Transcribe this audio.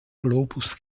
globus